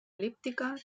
el·líptica